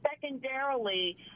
secondarily